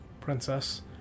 princess